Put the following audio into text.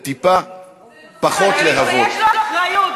רגע, רגע.